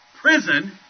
Prison